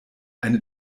eine